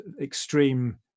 extreme